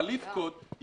חליף קוד.